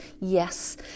yes